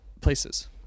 places